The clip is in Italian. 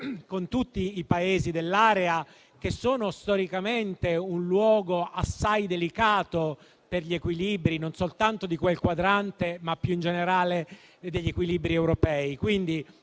con tutti i Paesi dell'area, che sono storicamente un luogo assai delicato per gli equilibri non soltanto di quel quadrante, ma più in generale europei.